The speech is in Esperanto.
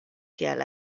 kiel